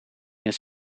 his